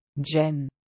Jen